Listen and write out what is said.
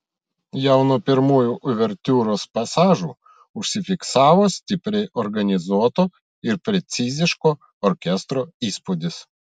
jau nuo pirmųjų uvertiūros pasažų užsifiksavo stipriai organizuoto ir preciziško orkestro įspūdis